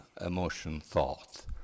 emotion-thought